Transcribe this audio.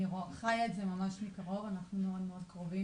אני חיה את זה ממש מקרוב, אנחנו מאוד מאוד קרובים.